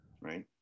right